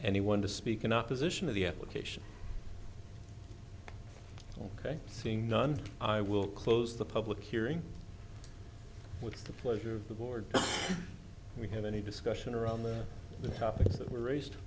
anyone to speak in opposition to the application ok seeing none i will close the public hearing with the pleasure of the board we have any discussion around the topics that were raised